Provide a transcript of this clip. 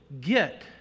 get